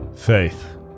faith